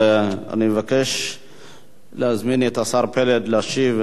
ואני מבקש להזמין את השר פלד להשיב.